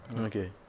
Okay